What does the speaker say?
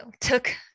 took